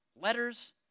letters